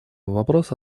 вопроса